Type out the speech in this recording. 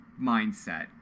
mindset